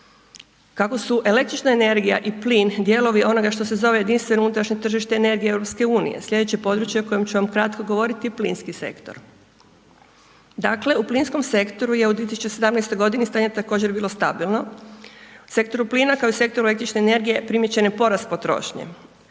Kako su električna energija i plin dijelovi onoga što se zove jedinstveno unutrašnje tržište energije EU sljedeće područje o kojem ću vam kratko govoriti je plinski sektor. Dakle, u plinskom sektoru je u 2017. godini stanje također bilo stabilno, u sektoru plina kao i u sektoru električne energije primijećen je porast potrošnje.